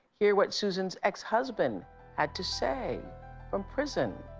hear what susan's ex-husband had to say from prison.